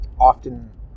often